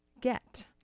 get